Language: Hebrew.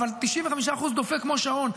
אבל 95% דופק כמו שעון.